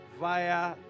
via